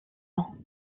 ans